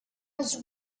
was